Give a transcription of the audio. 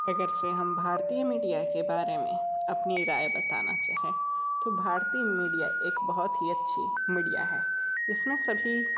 अगर से हम भारतीय मीडिया के बारे में अपनी राय बताना चाहें तो भारतीय मीडिया एक बहुत ही अच्छी मीडिया है इसमें सभी